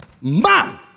man